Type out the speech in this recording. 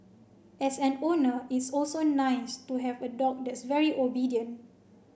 as an owner it's also nice to have a dog that's very obedient